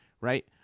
Right